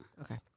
Okay